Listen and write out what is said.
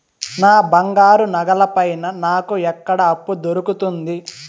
నా బంగారు నగల పైన నాకు ఎక్కడ అప్పు దొరుకుతుంది